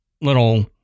little